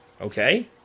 okay